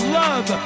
love